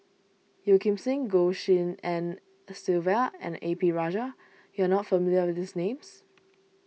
Yeo Kim Seng Goh Tshin En Sylvia and A P Rajah you are not familiar with these names